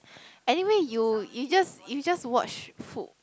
anyway you you just you just watch food